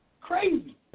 Crazy